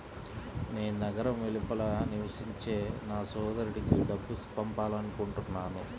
నేను నగరం వెలుపల నివసించే నా సోదరుడికి డబ్బు పంపాలనుకుంటున్నాను